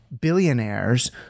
billionaires